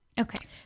Okay